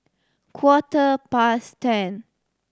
quarter past ten